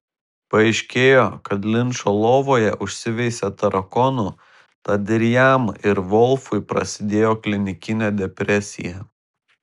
paaiškėjo kad linčo lovoje užsiveisė tarakonų tad ir jam ir volfui prasidėjo klinikinė depresija